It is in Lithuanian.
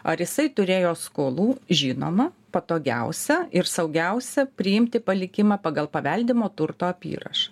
ar jisai turėjo skolų žinoma patogiausia ir saugiausia priimti palikimą pagal paveldimo turto apyrašą